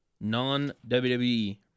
non-WWE